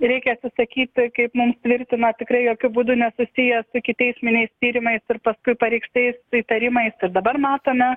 reikia atsisakyti kaip mums tvirtino tikrai jokiu būdu nesusijęs su ikiteisminiais tyrimais ir paskui pareikštais įtarimais kad dabar matome